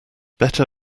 better